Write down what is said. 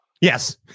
Yes